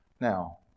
Now